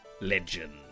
legend